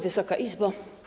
Wysoka Izbo!